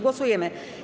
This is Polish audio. Głosujemy.